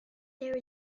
there